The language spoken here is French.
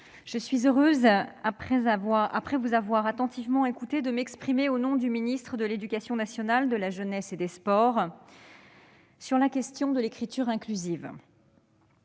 je suis heureuse, après vous avoir attentivement écoutés, de m'exprimer au nom du ministre de l'éducation nationale, de la jeunesse et des sports sur la question de l'écriture inclusive.